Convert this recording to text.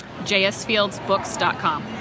JSFieldsBooks.com